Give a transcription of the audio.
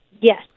Yes